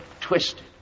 twisted